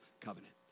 covenant